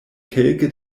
kelke